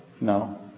No